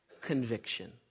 conviction